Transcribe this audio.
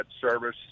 service